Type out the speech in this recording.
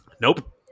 Nope